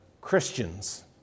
Christians